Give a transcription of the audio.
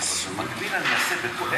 ובמקביל אני אעשה בכל,